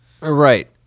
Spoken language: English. Right